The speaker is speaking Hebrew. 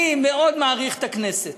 אני מאוד מעריך את הכנסת.